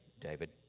David